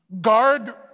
Guard